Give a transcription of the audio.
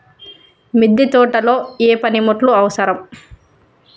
మిద్దె తోటలో ఏ పనిముట్లు అవసరం?